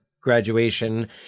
graduation